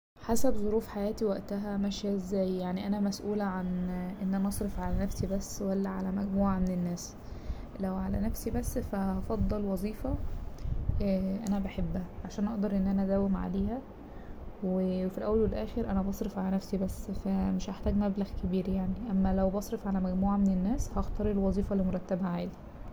حسب ظروف حياتي وقتها ماشية ازاي يعني انا مسئولة عن ان انا اصرف على نفسي بس ولا على مجموعة من الناس لو على نفسي بس فا هفضل وظيفة انا بحبها عشان اقدر ان انا اداوم عليها وفي الاول والاخر انا بصرف على نفسي بس فا مش هحتاج مبلغ كبير يعني اما لو بصرف على مجموعة من الناس هختار الوظيفة اللي مرتبها عالي.